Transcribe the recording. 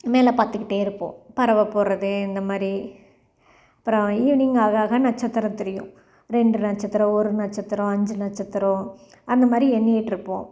மேலே பார்த்துக்கிட்டே இருப்போம் பறவை போகறது இந்த மாதிரி அப்புறம் ஈவினிங் ஆக ஆக நட்சத்திரம் தெரியும் இரண்டு நட்சத்திரம் ஒரு நட்சத்திரம் அஞ்சு நட்சத்திரம் அந்த மாதிரி எண்ணிட்டுருப்போம்